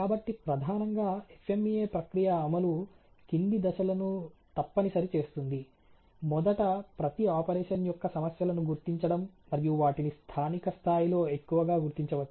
కాబట్టి ప్రధానంగా FMEA ప్రక్రియ అమలు కింది దశలను తప్పనిసరి చేస్తుంది మొదట ప్రతి ఆపరేషన్ యొక్క సమస్యలను గుర్తించడం మరియు వాటిని స్థానిక స్థాయిలో ఎక్కువగా గుర్తించవచ్చు